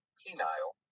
penile